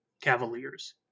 cavaliers